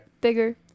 bigger